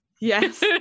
yes